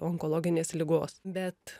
onkologinės ligos bet